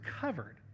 covered